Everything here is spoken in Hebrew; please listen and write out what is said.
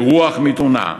ברוח מתונה,